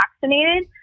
vaccinated